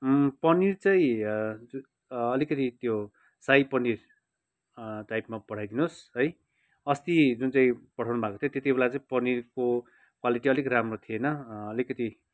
पनिर चाहिँ अलिकति त्यो साही पनिर टाइपमा पठाई दिनुहोस् है अस्ति जुन चाहिँ पठाउनुभएको थियो त्यति बेला चाहिँ पनिरको क्वालिटी अलिक राम्रो थिएन अलिकति